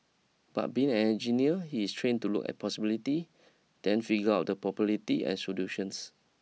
but being an engineer he is trained to look at possibility then figure out the probability and solutions